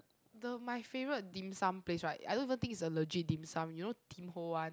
the my favourite dim sum place right I don't even think is a legit dim sum you know Tim-Ho-Wan